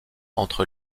entre